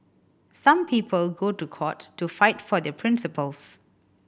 some people go to court to fight for their principles